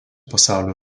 pasaulio